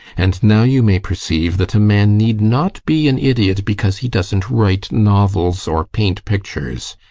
and now you may perceive that a man need not be an idiot because he doesn't write novels or paint pictures.